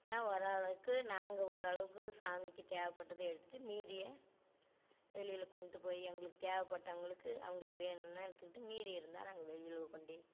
ஆனால் ஓரளவுக்கு நாங்கள் ஓரளவுக்கு சாமிக்கு தேவைப்பட்டத எடுத்துட்டு மீதியை வெளியில் கொண்டு போய் எங்களுக்கு தேவைப்பட்டவங்களுக்கு அவங்களுக்கு வேணுன்னால் எடுத்துக்கிட்டு மீதி இருந்தால் நாங்கள் வெளியில் கொண்டு